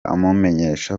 amumenyesha